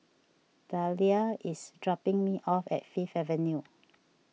Deliah is dropping me off at Fifth Avenue